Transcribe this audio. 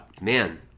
man